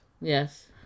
Yes